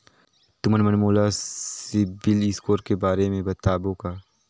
तुमन मन मोला सीबिल स्कोर के बारे म बताबो का?